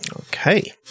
Okay